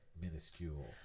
minuscule